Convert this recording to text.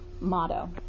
motto